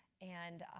and